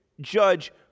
judge